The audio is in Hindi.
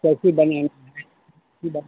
कैसे बनी